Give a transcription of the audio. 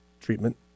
treatment